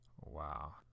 wow